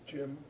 Jim